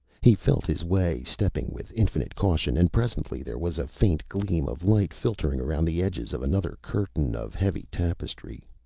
he felt his way, stepping with infinite caution, and presently there was a faint gleam of light filtering around the edges of another curtain of heavy tapestry.